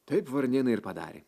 taip varnėnai ir padarė